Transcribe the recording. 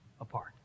apart